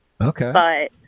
Okay